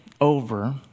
over